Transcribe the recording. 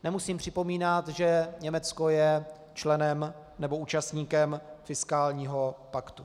Nemusím připomínat, že Německo je členem nebo účastníkem fiskálního paktu.